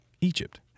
Egypt